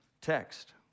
text